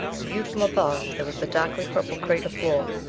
viewed from above there was the darkly purple crater floor,